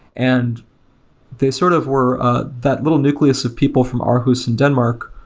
and they sort of were ah that little nucleus of people from arhus denmark,